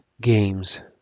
games